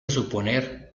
suponer